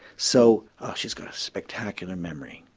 so she's got a spectacular memory,